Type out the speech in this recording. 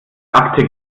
akte